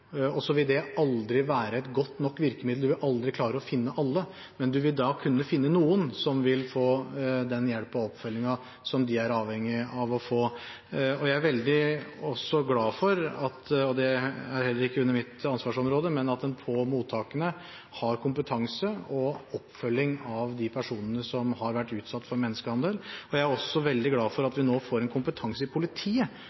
og så vil det aldri være et godt nok virkemiddel, en vil aldri klare å finne alle, men en vil da kunne finne noen som vil få den hjelp og oppfølging som de er avhengig av å få. Jeg er glad for – og det er heller ikke under mitt ansvarsområde – at en på mottakene har kompetanse og oppfølging av de personene som har vært utsatt for menneskehandel. Og jeg er også veldig glad for at